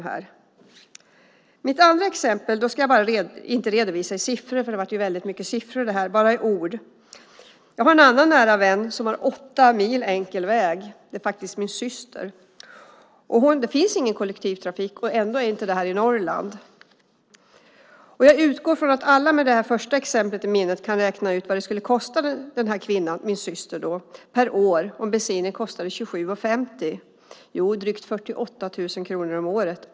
I mitt andra exempel ska jag inte redovisa siffror, för det blev väldigt mycket siffror i det förra, utan använda ord. Jag har en annan nära vän - det är faktiskt min syster - som har åtta mil enkel väg till jobbet. Det finns ingen kollektivtrafik, och ändå är detta inte i Norrland. Jag utgår från att alla med det första exemplet i minnet kan räkna ut vad det skulle kosta min syster per år om bensinen kostade 27:50. Jo, drygt 48 000 kronor om året.